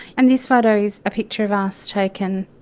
and this photo is a picture of us taken